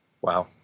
Wow